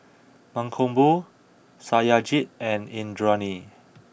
Mankombu Satyajit and Indranee